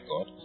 God